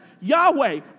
Yahweh